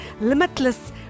limitless